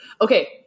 Okay